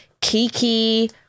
Kiki